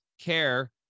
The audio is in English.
care